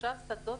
בשלושה שדות